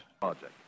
project